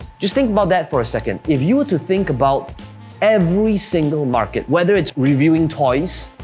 just think about that for a second. if you were to think about every single market, whether it's reviewing toys,